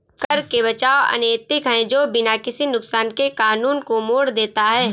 कर से बचाव अनैतिक है जो बिना किसी नुकसान के कानून को मोड़ देता है